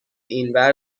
اینور